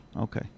Okay